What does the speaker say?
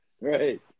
Right